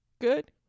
good